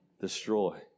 destroy